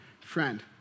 friend